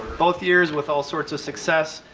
both years with all sorts of success.